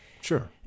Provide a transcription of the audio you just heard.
Sure